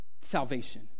salvation